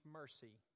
mercy